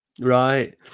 Right